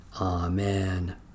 Amen